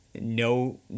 no